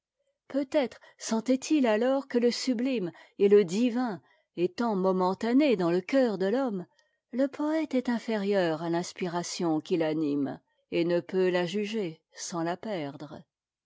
peut-être sentait-il alors que e sublime et le divin étant momentanés dans le cœur de l'homme le poëte est inférieur à l'inspiration qui l'anime et ne peut la juger sans la perdre